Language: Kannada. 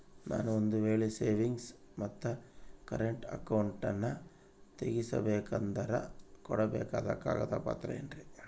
ನಾನು ಒಂದು ವೇಳೆ ಸೇವಿಂಗ್ಸ್ ಮತ್ತ ಕರೆಂಟ್ ಅಕೌಂಟನ್ನ ತೆಗಿಸಬೇಕಂದರ ಕೊಡಬೇಕಾದ ಕಾಗದ ಪತ್ರ ಏನ್ರಿ?